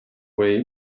way